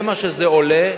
זה מה שזה עולה.